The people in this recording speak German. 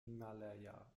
himalaya